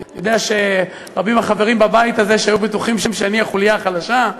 אני יודע שרבים החברים בבית הזה שהיו בטוחים שאני החוליה החלשה,